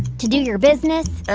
to do your business?